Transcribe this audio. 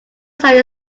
side